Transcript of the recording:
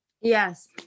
Yes